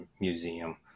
museum